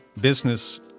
business